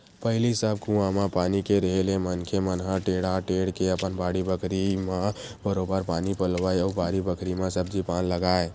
पहिली सब कुआं म पानी के रेहे ले मनखे मन ह टेंड़ा टेंड़ के अपन बाड़ी बखरी म बरोबर पानी पलोवय अउ बारी बखरी म सब्जी पान लगाय